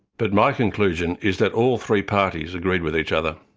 but my conclusion is that all three parties agreed with each other.